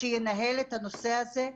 שינהל את הנושא הזה.